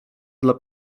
dla